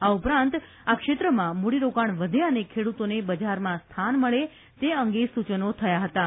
આ ઉપરાંત આ ક્ષેત્રમાં મૂડીરોકાજ્ઞ વધે અને ખેડૂતોન બજારમાં સ્થાન મળે તે અંગે સૂચનો થયાં હતાં